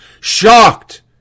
shocked